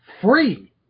Free